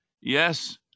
Yes